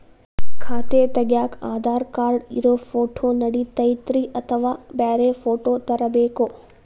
ಖಾತೆ ತಗ್ಯಾಕ್ ಆಧಾರ್ ಕಾರ್ಡ್ ಇರೋ ಫೋಟೋ ನಡಿತೈತ್ರಿ ಅಥವಾ ಬ್ಯಾರೆ ಫೋಟೋ ತರಬೇಕೋ?